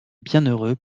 bienheureux